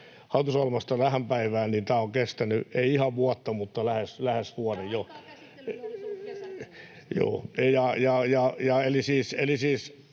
hallitusohjelmasta tähän päivään on kestänyt ei ihan vuotta mutta lähes vuoden